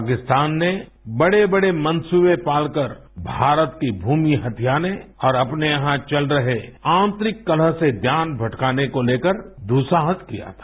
पाकिस्तान ने बड़े बड़े मंसूबे पाल कर भारत की भूमि हथियाने और अपने यहां चल रहे आंतरिक कलह से ध्यान भटकाने को लेकर दुस्साहस किया था